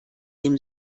dem